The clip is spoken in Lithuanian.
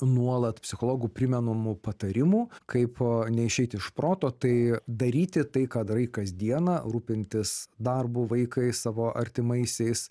nuolat psichologų primenumų patarimų kaip neišeiti iš proto tai daryti tai ką darai kasdieną rūpintis darbu vaikais savo artimaisiais